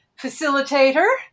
facilitator